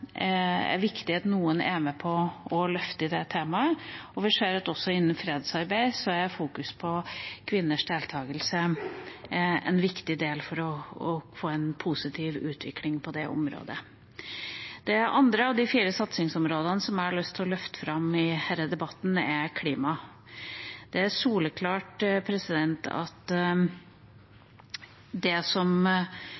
er viktig at noen er med på å løfte det temaet. Vi ser at også innen fredsarbeid er fokus på kvinners deltakelse en viktig del for å få til en positiv utvikling på det området Det andre av de fire satsingsområdene som jeg har lyst til å løfte fram i denne debatten, er klima. Det er soleklart at